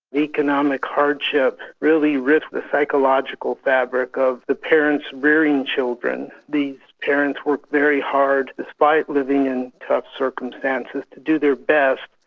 economic hardship really rips the psychological fabric of the parents rearing children. these parents work very hard, despite living in tough circumstances, to do their best.